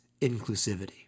inclusivity